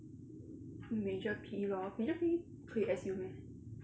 major P_E lor major P_E 可以 S_U meh